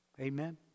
Amen